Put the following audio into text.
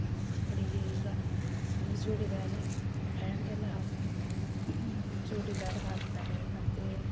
ನಮ್ಮ ಮಕ್ಕಳಿಗೆ ಈಗ ಒಂದು ಚೂಡಿದಾರ ಪ್ಯಾಂಟ್ ಎಲ್ಲ ಹಾಕುವುದಿಲ್ಲ ಚೂಡಿದಾರ್ ಹಾಕ್ತಾರೆ ಮತ್ತು